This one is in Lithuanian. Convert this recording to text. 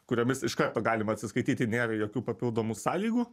kuriomis iš karto galima atsiskaityti nėra jokių papildomų sąlygų